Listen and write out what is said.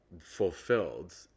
fulfilled